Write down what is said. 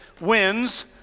wins